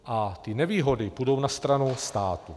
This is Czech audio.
A ty nevýhody půjdou na stranu státu.